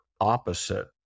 opposite